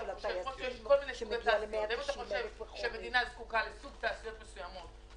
כמו שהמדינה זקוקה לתעשיות מסוג מסוים,